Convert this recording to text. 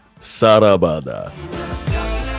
Sarabada